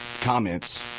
comments